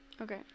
Okay